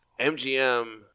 MGM